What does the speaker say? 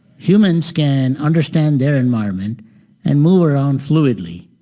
humans can understand their environment and move around fluidly.